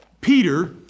Peter